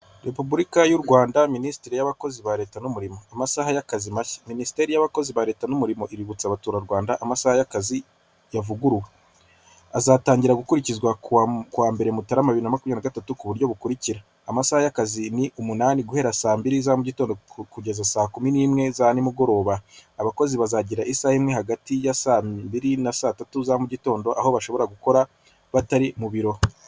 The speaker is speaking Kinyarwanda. Repubulika y'u Rwanda, Minisiteri y'abakozi ba leta n'umurimo, Amasaha y'akazi mashya. Minisiteri y'abakozi ba leta n'umurimo iributsa abaturarwanda amasaha y'akazi yavuguruwe. Azatangira gukurikizwa ku wa mbere Mutarama bibiri na makumyabiri na gatatu, ku buryo bukurikira: amasaha y'akazi ni umunani, guhera saa mbili za mu gitondo kugeza saa kumi n'imwe za nimugoroba. Abakozi bazagira isaha imwe hagati ya saa mbiri na saa tatu za mu mugitondo, aho bashobora gukora batari mu biro.